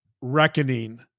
reckoning